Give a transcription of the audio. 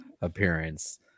appearance